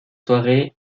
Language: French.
soirée